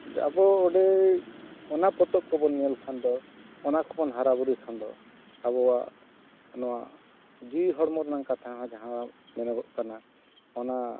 ᱟᱵᱚ ᱚᱸᱰᱮ ᱚᱱᱟ ᱯᱚᱛᱚᱵ ᱠᱚᱵᱚᱱ ᱧᱮᱞ ᱠᱷᱟᱱ ᱫᱚ ᱚᱱᱟ ᱠᱚᱵᱚᱱ ᱦᱟᱨᱟᱼᱵᱩᱨᱩᱭ ᱠᱷᱟᱱ ᱫᱚ ᱟᱵᱚᱣᱟᱜ ᱱᱚᱣᱟ ᱡᱤᱣᱤ ᱦᱚᱲᱢᱚ ᱨᱮᱱᱟᱜ ᱠᱟᱛᱷᱟ ᱦᱚᱸ ᱡᱟᱦᱟᱸ ᱢᱮᱱᱚᱜᱚᱜ ᱠᱟᱱᱟ ᱚᱱᱟ